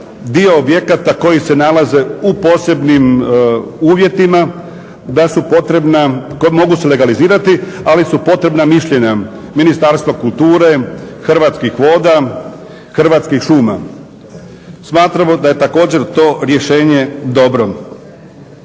dio objekata koji se nalaze u posebnim uvjetima da su potrebna, mogu se legalizirati ali su potrebna mišljenja Ministarstva kulture, Hrvatskih voda, Hrvatskih šuma. Smatramo da je također to rješenje dobro.